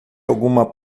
alguma